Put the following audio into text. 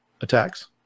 attacks